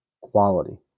quality